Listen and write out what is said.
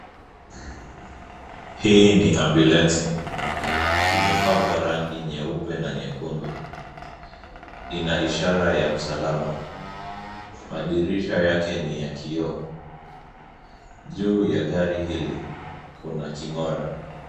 Hii ni ambulansi imepakwa rangi nyeupe na nyekundu. Ina ishara ya msalaba. Madirisha yake ni ya kioo. Juu ya gari hili kuna king'ora.